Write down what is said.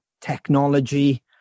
technology